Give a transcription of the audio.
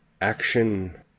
Action